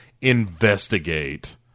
investigate